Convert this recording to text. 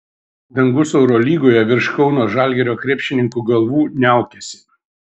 dangus eurolygoje virš kauno žalgirio krepšininkų galvų niaukiasi